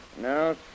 No